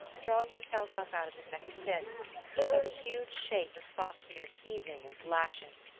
drawing himself up out of the second pit he saw the huge shape of fafnir heaving and lashing.